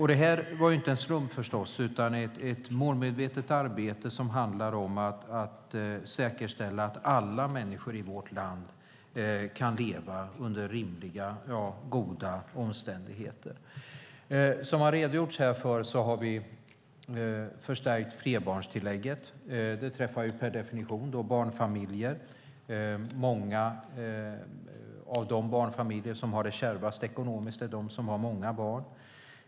Detta var förstås inte en slump utan ett målmedvetet arbete som handlar om att säkerställa att alla människor i vårt land kan leva under rimliga - goda - omständigheter. Som har redogjorts för här har vi förstärkt flerbarnstillägget. Det träffar per definition barnfamiljer. Många av de barnfamiljer som har det kärvast ekonomiskt är de som har många barn.